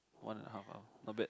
one and the half hour not bad